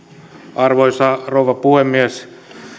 arvoisa rouva puhemies